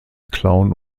clown